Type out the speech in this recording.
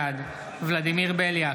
בעד ולדימיר בליאק,